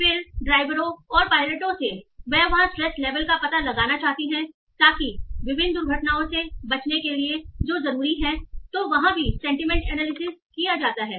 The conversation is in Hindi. फिर ड्राइवरों और पायलटों से वह वहां सट्रेस लेवल का पता लगाना चाहती है ताकि विभिन्न दुर्घटनाओं से बचने के लिए जरूरी हैं तो वहाँ भी सेंटीमेंट एनालिसिस किया जाता है